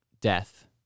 death